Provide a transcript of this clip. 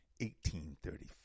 1835